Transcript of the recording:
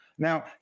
Now